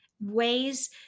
ways